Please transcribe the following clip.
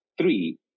three